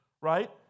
right